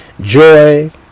joy